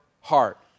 heart